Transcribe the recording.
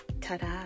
Ta-da